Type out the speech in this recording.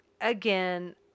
again